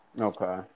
Okay